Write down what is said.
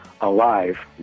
alive